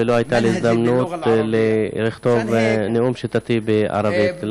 ולא הייתה לי הזדמנות לכתוב נאום שיטתי בערבית,